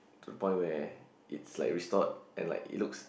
to the point where it's like restored and like it looks